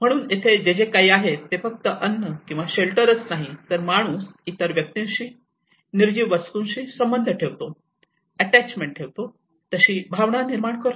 म्हणून येथे जे जे काही आहे ते फक्त अन्न किंवा शेल्टर च नाही तर माणूस इतर व्यक्तीशी निर्जीव वस्तूंशी संबंध ठेवतो अटॅचमेंट ठेवतो तशी भावना निर्माण करतो